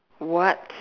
what